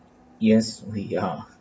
yes we are